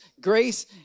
grace